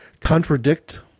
contradict